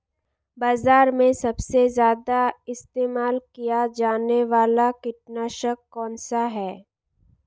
बाज़ार में सबसे ज़्यादा इस्तेमाल किया जाने वाला कीटनाशक कौनसा है?